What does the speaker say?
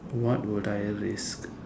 what would I risk